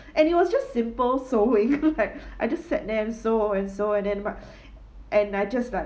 and it was just simple sowing like I just set there sew and sew and then my and I just like